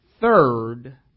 third